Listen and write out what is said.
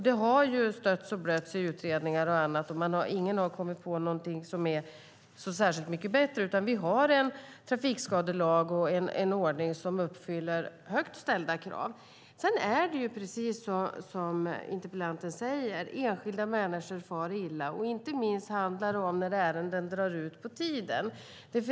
Det har stötts och blötts i utredningar och annat, och ingen har kommit på någonting som är så särskilt mycket bättre. Vi har en trafikskadelag och en ordning som uppfyller högt ställda krav. Sedan är det, precis som interpellanten säger, enskilda människor som far illa. Inte minst handlar det om ärenden som drar ut på tiden.